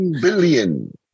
Billion